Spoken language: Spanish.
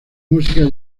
música